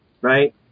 Right